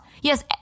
Yes